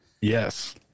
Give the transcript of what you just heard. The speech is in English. Yes